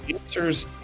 answers